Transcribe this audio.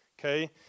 Okay